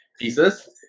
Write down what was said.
pieces